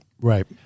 Right